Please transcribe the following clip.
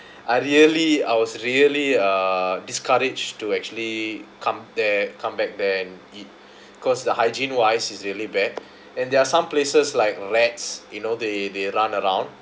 I really I was really uh discouraged to actually come there come back then eat cause the hygiene wise is really bad and there are some places like rats you know they they run around